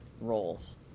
roles